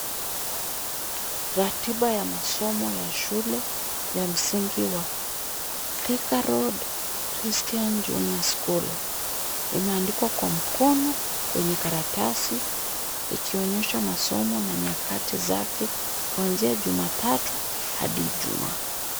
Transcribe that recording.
Ratiba ya masomo ya shule ya msingi wa Thika Road Christian Junior School. Imeandikwa kwa mkono kwenye karatasi ikionyesha masomo na nyakati zake kuanzia Jumatatu hadi Ijumaa.